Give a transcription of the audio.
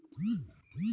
Drip জল সেচ পদ্ধতি কি?